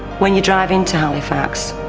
when you drive into halifax,